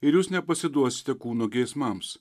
ir jūs nepasiduosite kūno geismams